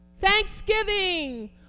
Thanksgiving